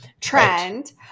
trend